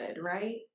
right